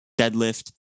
deadlift